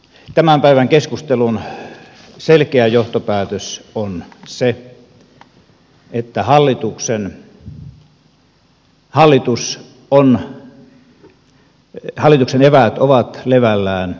tämän päivän keskustelun selkeä johtopäätös on se että hallituksen eväät ovat levällään